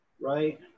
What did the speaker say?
right